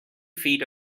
feet